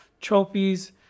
trophies